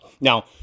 Now